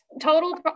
Total